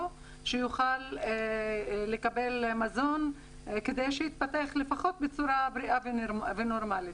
לקבל מזון כדי שיתפתח בצורה בריאה ונורמלית.